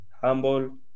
humble